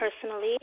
personally